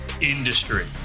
industry